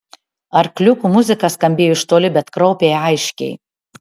arkliukų muzika skambėjo iš toli bet kraupiai aiškiai